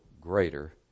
greater